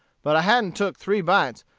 but i hadn't took three bites,